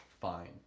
fine